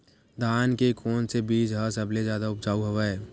धान के कोन से बीज ह सबले जादा ऊपजाऊ हवय?